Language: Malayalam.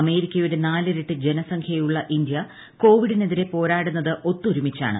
അമേരിക്കയുടെ നാലിരട്ടി ജനസംഖ്യയുള്ള ഇന്ത്യ കോവിഡിനെതിരെ പോരാടുന്നത് ഒത്തൊരുമിച്ചാണ്